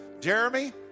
Jeremy